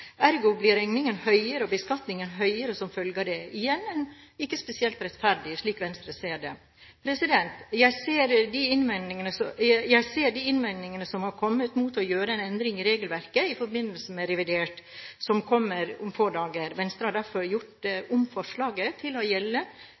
Ergo blir regningen høyere, og beskatningen høyere som følge av det. Igjen: Ikke spesielt rettferdig, slik Venstre ser det. Jeg ser de innvendingene som er kommet mot å gjøre en endring i regelverket i forbindelse med revidert nasjonalbudsjett, som kommer om få dager. Venstre har derfor gjort